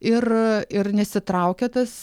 ir ir nesitraukia tas